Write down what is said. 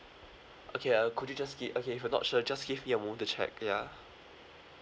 okay uh could you just gi~ okay if you're not sure just give me a moment to check ya